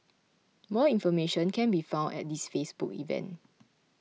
more information can be found at this Facebook event